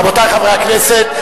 רבותי חברי הכנסת,